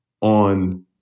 on